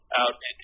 out